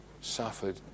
suffered